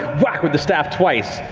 whack with the staff twice,